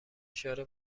اشاره